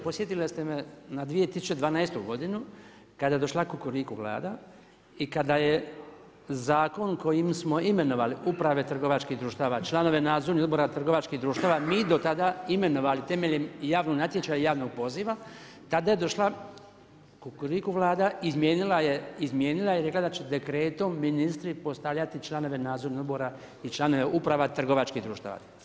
Podsjetili ste me ne 2012. godinu kada je došla Kukuriku Vlada i kada je zakon kojim smo imenovali uprave trgovačkih društava, članove nadzornih odbora trgovačkih društava mi do tada imenovali temeljem javnog natječaja i javnog poziva, tada je došla Kukuriku Vlada i izmijenila je i rekla je da će dekretom ministri postavljati članove nadzornih odbora i članove uprava trgovačkih društava.